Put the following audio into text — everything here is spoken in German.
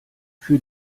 für